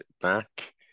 back